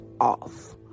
off